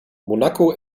monaco